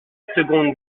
seconde